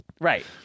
Right